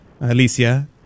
Alicia